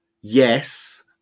Yes